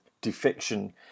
defection